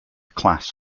class